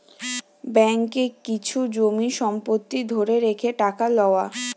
ব্যাঙ্ককে কিছু জমি সম্পত্তি ধরে রেখে টাকা লওয়া